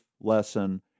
lesson